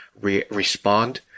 respond